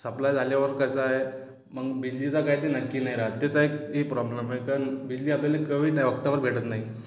supply झाल्यावर कसाय मग बिजलीचा काय ते नक्की नाही राहत कसं आहे की प्रॉब्लेम एक न बिजली आपल्याला कमी नाही वक्तावर भेटत नाही